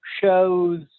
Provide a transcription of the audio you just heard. shows